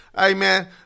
Amen